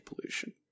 pollution